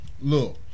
Look